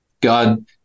God